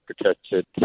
protected